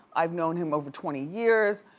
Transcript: i've known him over twenty years.